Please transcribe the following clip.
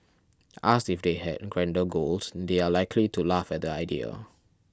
asked if they had grander goals they are likely to laugh at the idea